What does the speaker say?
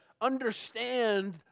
understand